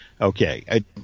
Okay